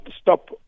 stop